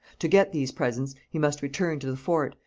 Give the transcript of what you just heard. to get these presents he must return to the fort,